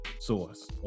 source